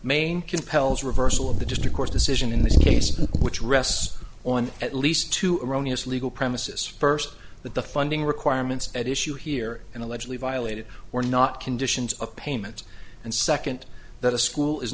main compels a reversal of the just a court decision in this case which rests on at least two erroneous legal premises first that the funding requirements at issue here and allegedly violated were not conditions of payment and second that a school is